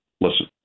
Listen